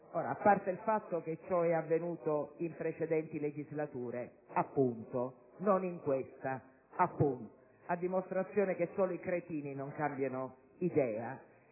Ora, a parte il fatto che ciò è avvenuto in precedenti legislature - appunto - non in questa - appunto - a dimostrazione del fatto che solo i cretini non cambiano idea